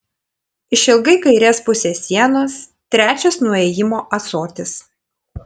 išilgai kairės pusės sienos trečias nuo įėjimo ąsotis